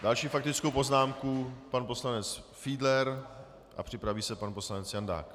Další faktickou poznámku má pan poslanec Fiedler a připraví se pan poslanec Jandák.